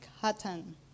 Hutton